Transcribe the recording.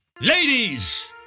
Ladies